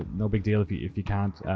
no big deal if you if you can't.